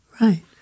right